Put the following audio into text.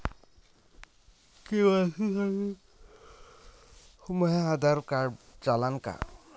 KYC साठी माह्य Aadhaar card चालन का?